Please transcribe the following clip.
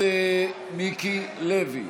חבר הכנסת מיקי לוי,